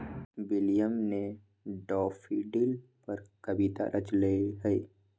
William ने daffodil पर कविता रच लय है